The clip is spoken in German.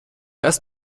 erst